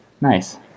Nice